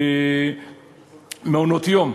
מעונות-יום,